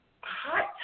hot